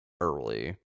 early